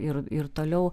ir ir toliau